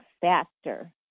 faster